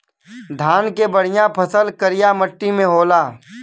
धान के बढ़िया फसल करिया मट्टी में होला